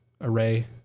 array